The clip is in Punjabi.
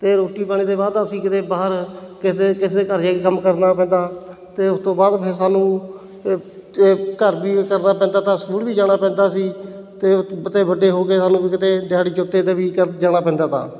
ਅਤੇ ਰੋਟੀ ਪਾਣੀ ਦੇ ਬਾਅਦ ਅਸੀਂ ਕਿਤੇ ਬਾਹਰ ਕਿਸ ਦੇ ਕਿਸੇ ਦੇ ਘਰ ਜਾ ਕੇ ਕੰਮ ਕਰਨਾ ਪੈਂਦਾ ਅਤੇ ਉਸ ਤੋਂ ਬਾਅਦ ਫਿਰ ਸਾਨੂੰ ਘਰ ਵੀ ਕਰਨਾ ਪੈਂਦਾ ਤਾ ਸਕੂਲ ਵੀ ਜਾਣਾ ਪੈਂਦਾ ਸੀ ਅਤੇ ਉਤ ਅਤੇ ਵੱਡੇ ਹੋ ਕੇ ਸਾਨੂੰ ਕਿਤੇ ਦਿਹਾੜੀ ਜੋਤੇ 'ਤੇ ਵੀ ਕਰਨ ਜਾਣਾ ਪੈਂਦਾ ਤਾ